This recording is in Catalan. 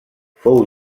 fou